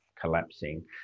collapsing